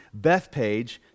Bethpage